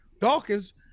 Dawkins